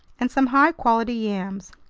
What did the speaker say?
and some high-quality yams.